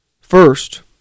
First